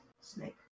snake